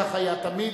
כך היה תמיד,